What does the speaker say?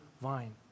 vine